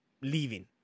leaving